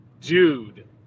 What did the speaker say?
dude